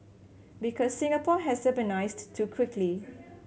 because Singapore has urbanised too quickly